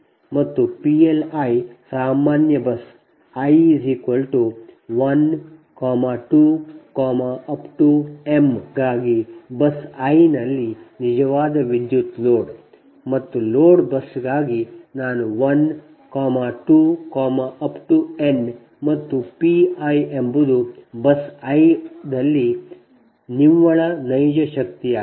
ಮತ್ತು PL i ಸಾಮಾನ್ಯ bus i 12 m ಗಾಗಿ ಬಸ್ i ನಲ್ಲಿ ನಿಜವಾದ ವಿದ್ಯುತ್ ಲೋಡ್ ಮತ್ತು ಲೋಡ್ ಬಸ್ಗಾಗಿ ನಾನು 12 n ಮತ್ತು P i ಎಂಬುದು ಬಸ್ i ನಲ್ಲಿ ನಿವ್ವಳ ನೈಜ ಶಕ್ತಿಯಾಗಿದೆ